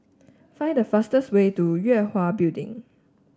find the fastest way to Yue Hwa Building